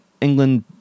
England